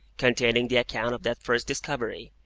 containing the account of that first discovery,